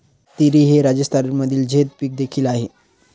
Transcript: मातीरी हे राजस्थानमधील झैद पीक देखील आहे